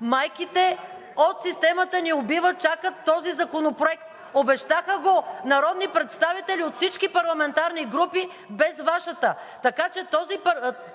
Майките от „Системата ни убива“ чакат този законопроект. Обещаха го народните представители от всички парламентарни групи без Вашата, така че